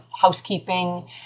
housekeeping